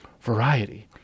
variety